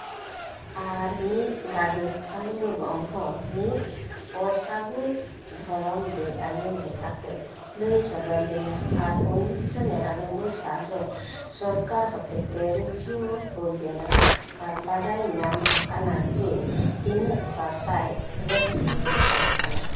ᱟᱨ ᱢᱤᱫ ᱜᱟᱫᱮᱞ ᱯᱷᱟᱞᱩᱝ ᱜᱚᱝ ᱦᱚᱸ ᱢᱤᱫ ᱚᱥᱟᱹᱜᱩᱱ ᱫᱷᱚᱨᱚᱢ ᱵᱮᱼᱟᱹᱭᱤᱱ ᱞᱮᱠᱟᱛᱮ ᱞᱟᱹᱭ ᱥᱚᱫᱚᱨ ᱞᱮᱱᱟ ᱟᱨ ᱩᱱᱤᱥᱥᱚ ᱱᱤᱨᱟᱱᱳᱵᱽᱵᱳᱭ ᱥᱟᱞᱨᱮ ᱥᱚᱨᱠᱟᱨ ᱦᱚᱛᱮᱛᱮ ᱨᱩᱠᱷᱤᱭᱟᱹᱣ ᱦᱩᱭ ᱞᱮᱱᱟ ᱟᱨ ᱵᱟᱰᱟᱭ ᱧᱟᱢ ᱟᱠᱟᱱᱟ ᱡᱮ ᱛᱤᱱᱟᱹᱜ ᱥᱟᱥᱟᱥᱟᱭ ᱨᱟᱹᱥᱠᱟᱹ ᱠᱚ ᱛᱟᱦᱮᱸ ᱠᱟᱱᱟ